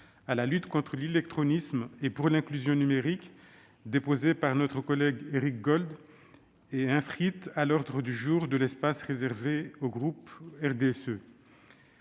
à la lutte contre l'illectronisme et pour l'inclusion numérique déposée par notre collègue Éric Gold et inscrite à l'ordre du jour de l'espace réservé du groupe RDSE.